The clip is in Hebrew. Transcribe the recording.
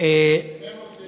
אינו נוכח.